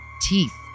teeth